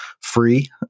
free